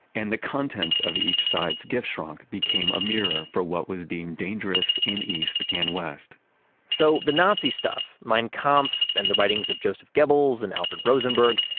and the contents of each side's giftschrank became a mirror for what was deemed dangerous in east and west so the nazi stuff, mein kampf and the writing of joseph goebbels and alfred rosenberg,